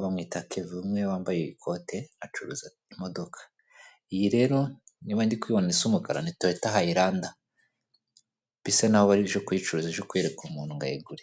bamwita keve umwe wambaye ikote acuruza imodoka iyi rero niba ndi kuyibona isa umukara ni toyota hayirande bisa naho aje kuyicuruza aje kuyereka umuntu ngo ayigure.